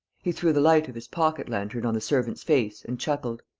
he threw the light of his pocket-lantern on the servant's face and chuckled